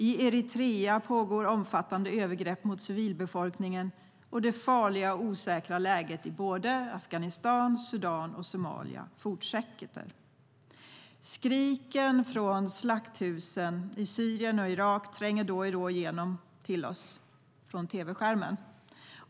I Eritrea pågår omfattande övergrepp mot civilbefolkningen, och det farliga och osäkra läget i Afghanistan, Sudan och Somalia fortsätter. Skriken från slakthusen i Syrien och Irak tränger då och då igenom till oss från tv-skärmen.